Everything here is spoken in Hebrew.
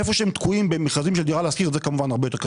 איפה שהם תקועים במכרזים של דירה להשכיר זה כמובן הרבה יותר קשה.